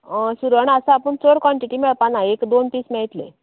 सुरण आसा पूण चड कोन्टिटी मेळपाना एक दोन पीस मेयटले